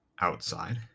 outside